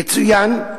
יצוין,